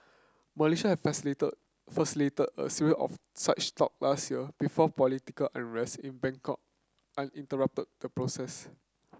Malaysia has facilitated a serie of such talk last year before political unrest in Bangkok on interrupted the process